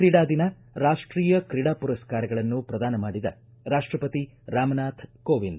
ಕ್ರೀಡಾ ದಿನ ರಾಷ್ಟೀಯ ಕ್ರೀಡಾ ಮರಸ್ಕಾರಗಳನ್ನು ಪ್ರದಾನ ಮಾಡಿದ ರಾಷ್ಷಪತಿ ರಾಮನಾಥ ಕೋವಿಂದ